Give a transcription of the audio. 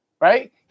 right